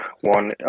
one